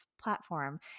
platform